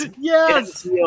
yes